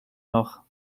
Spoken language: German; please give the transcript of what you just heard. noch